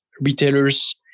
retailers